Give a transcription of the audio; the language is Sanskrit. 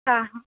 आम्